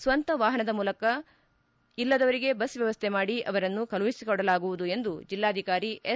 ಸ್ವಂತ ವಾಹನದ ಮೂಲಕ ಇಲ್ಲದವರಿಗೆ ಬಸ್ ವ್ಯವಸ್ಥೆ ಮಾಡಿ ಅವರನ್ನು ಕಳುಹಿಸಿಕೊಡಲಾಗುವುದು ಎಂದು ಜಿಲ್ಲಾಧಿಕಾರಿ ಎಸ್